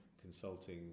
consulting